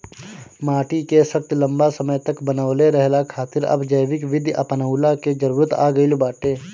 माटी के शक्ति लंबा समय तक बनवले रहला खातिर अब जैविक विधि अपनऊला के जरुरत आ गईल बाटे